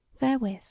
therewith